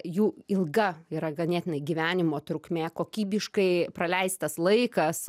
jų ilga yra ganėtinai gyvenimo trukmė kokybiškai praleistas laikas